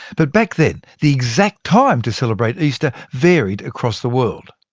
but back then the exact time to celebrate easter varied across the world.